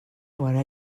wara